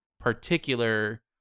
particular